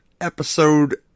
episode